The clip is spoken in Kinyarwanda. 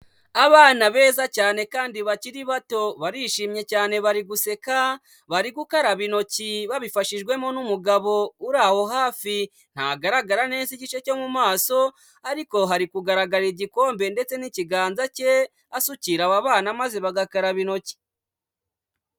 Abana beza cyane kandi bakiri bato barishimye cyane bari guseka bari gukaraba intoki babifashijwemo n'umugabo uri aho hafi, ntagaragara neza igice cyo mu maso ariko hari kugaragara igikombe ndetse n'ikiganza cye asukira aba bana maze bagakaraba intoki.